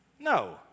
No